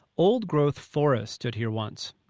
old growth forests stood here once.